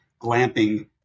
glamping